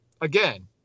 again